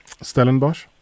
Stellenbosch